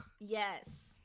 yes